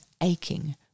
aching